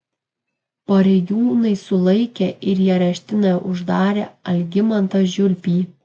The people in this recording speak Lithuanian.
pareigūnai sulaikė ir į areštinę uždarė algimantą žiulpį